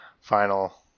final